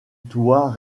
toit